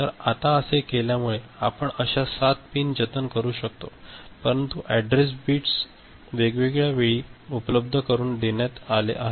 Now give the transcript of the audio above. तर आता असे केल्यामुळे आपण अशा 7 पिन जतन करू शकतो परंतु अॅड्रेस बिट्स वेगवेगळ्या वेळी उपलब्ध करुन देण्यात आले आहेत